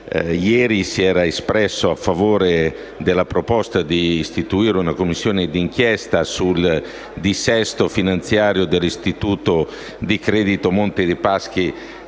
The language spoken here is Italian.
ieri si era espresso a favore della proposta di istituire una Commissione d'inchiesta sul dissesto finanziario dell'istituto di credito Monte dei Paschi